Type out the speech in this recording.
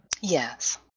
Yes